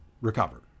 recover